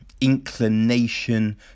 inclination